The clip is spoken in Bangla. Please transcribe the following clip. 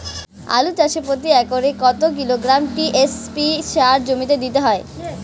আলু চাষে প্রতি একরে কত কিলোগ্রাম টি.এস.পি সার জমিতে দিতে হয়?